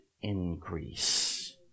increase